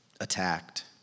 attacked